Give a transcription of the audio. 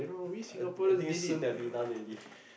I think I think soon there'll be none already